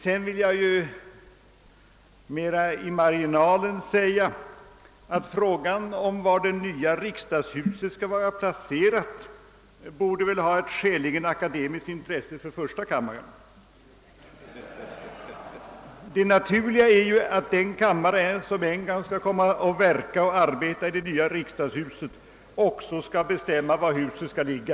Sedan vill jag mera i marginalen säga, att frågan om var det nya riksdagshuset skall placeras väl borde ha ett skäligen akademiskt intresse för första kammaren. Det naturliga är att den kammare som skall verka i det nya huset också skall bestämma var huset skall ligga.